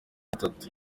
gatatu